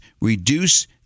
reduce